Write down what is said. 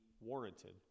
warranted